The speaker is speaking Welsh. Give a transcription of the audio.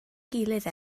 gilydd